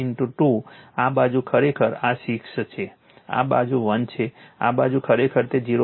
5 2 આ બાજુ ખરેખર આ 6 છે આ બાજુ 1 છે આ બાજુ ખરેખર તે 0